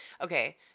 Okay